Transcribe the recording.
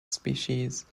species